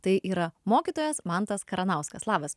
tai yra mokytojas mantas karanauskas labas